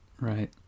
right